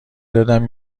دادم